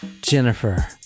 Jennifer